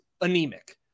anemic